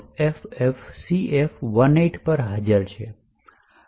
RET એ FFFFCF18 પર હાજર છે